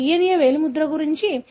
కాబట్టి అది DNA వేలి ముద్రణ గురించి